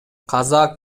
казак